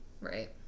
Right